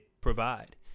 provide